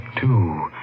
two